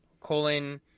colon